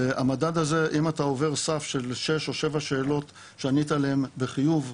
אם אתה עובר סף של 6-7 שאלות שענית עליהם בחיוב,